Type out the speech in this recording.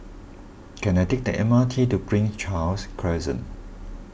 can I take the M R T to Prince Charles Crescent